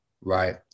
right